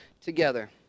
together